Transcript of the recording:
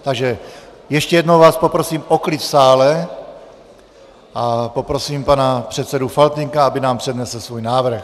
Takže ještě jednou vás poprosím o klid v sále a poprosím pana předsedu Faltýnka, aby nám přednesl svůj návrh.